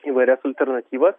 įvairias alternatyvas